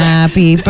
Happy